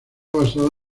basada